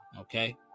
okay